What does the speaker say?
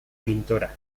pintora